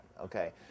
okay